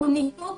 הוא ניתוק